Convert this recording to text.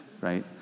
right